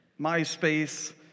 MySpace